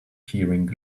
keyring